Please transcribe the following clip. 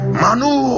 manu